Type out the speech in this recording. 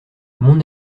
mon